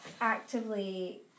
actively